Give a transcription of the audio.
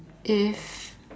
if